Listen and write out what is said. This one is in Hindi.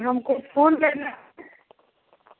हमको फ़ोन लेना